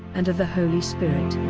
and of the holy spirit.